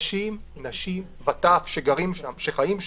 אנשים, נשים וטף שגרים שם, שחיים שם,